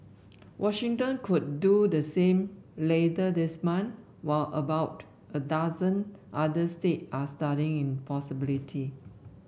Washington could do the same later this month while about a dozen other state are studying possibility